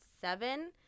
seven